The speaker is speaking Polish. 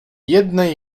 jednej